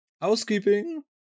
housekeeping